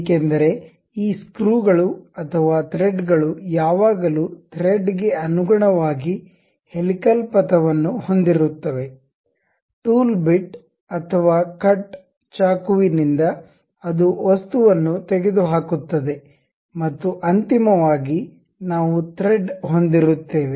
ಏಕೆಂದರೆ ಈ ಸ್ಕ್ರೂಗಳು ಅಥವಾ ಥ್ರೆಡ್ ಗಳು ಯಾವಾಗಲೂ ಥ್ರೆಡ್ ಗೆ ಅನುಗುಣವಾಗಿ ಹೆಲಿಕಲ್ ಪಥವನ್ನು ಹೊಂದಿರುತ್ತವೆ ಟೂಲ್ ಬಿಟ್ ಅಥವಾ ಕಟ್ ಚಾಕುವಿನಿಂದ ಅದು ವಸ್ತುವನ್ನು ತೆಗೆದುಹಾಕುತ್ತದೆ ಮತ್ತು ಅಂತಿಮವಾಗಿ ನಾವು ಥ್ರೆಡ್ ಹೊಂದಿರುತ್ತೇವೆ